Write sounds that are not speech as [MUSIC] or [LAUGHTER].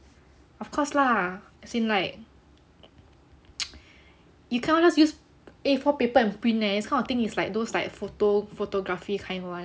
of course lah as in like [NOISE] you cannot just use a four paper and print leh this kind thing is like those like photo photography kind [one]